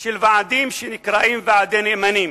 של ועדים שנקראים ועדי נאמנים.